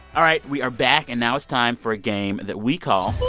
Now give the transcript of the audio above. all right. we are back, and now it's time for a game that we call.